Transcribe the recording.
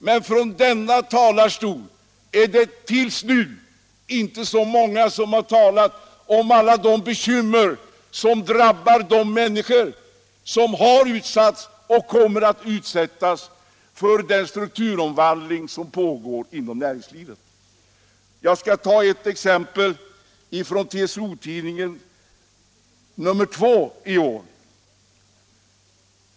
Men det är inte så många som från denna talarstol talat om alla de svårigheter som drabbar de människor som har utsatts och kommer att utsättas för den strukturomvandling som pågår inom näringslivet. Jag skall ta ett exempel från TCO-Tidningen nr 2 i år.